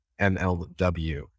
MLW